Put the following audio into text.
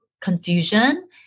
confusion